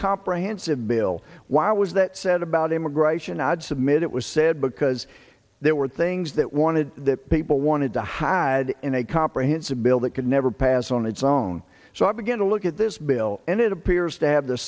comprehensive bill why was that said about immigration i'd submit it was said because there were things that wanted that people wanted to hide in a comprehensive bill that could never pass on its own so i began to look at this bill and it appears to have the